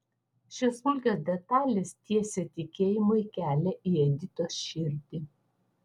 šios smulkios detalės tiesė tikėjimui kelią į editos širdį